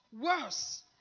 worse